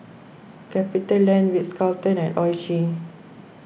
CapitaLand Ritz Carlton and Oishi